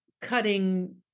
cutting